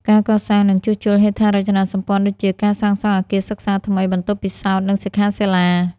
ការកសាង និងជួសជុលហេដ្ឋារចនាសម្ព័ន្ធដូចជាការសាងសង់អគារសិក្សាថ្មី បន្ទប់ពិសោធន៍ និងសិក្ខាសាលា ។